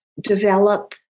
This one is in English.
develop